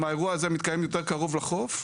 אם האירוע הזה היה מתקיים יותר קרוב לחוף,